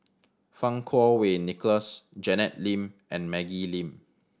Fang Kuo Wei Nicholas Janet Lim and Maggie Lim